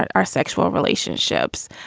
but our sexual relationships.